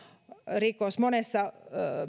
rikos monessa